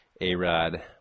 A-Rod